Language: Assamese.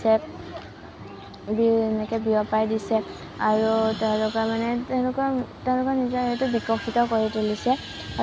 এনেকে বিয়পাই দিছে আৰু তেওঁলোকে মানে তেওঁলোকৰ তেওঁলোকৰ নিজৰ সেইটো বিকশিত কৰি তুলিছে